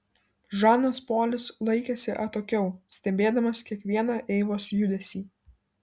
žanas polis laikėsi atokiau stebėdamas kiekvieną eivos judesį